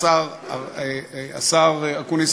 השר אקוניס,